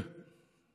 אנחנו